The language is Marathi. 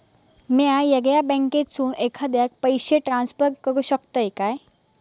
म्या येगल्या बँकेसून एखाद्याक पयशे ट्रान्सफर करू शकतय काय?